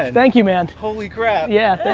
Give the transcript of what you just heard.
thank you, man. holy crap. yeah,